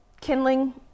kindling